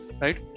right